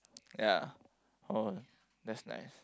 ya uh that's nice